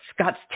Scott's